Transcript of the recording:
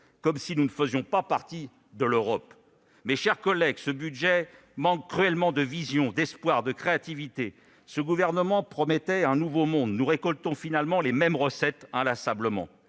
comme si nous ne faisions pas partie de l'Europe ... Mes chers collègues, ce budget manque cruellement de vision, d'espoir et de créativité. Ce gouvernement promettait un nouveau monde ; nous récoltons finalement les mêmes recettes, inlassablement.